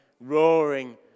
roaring